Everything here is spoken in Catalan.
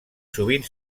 sovint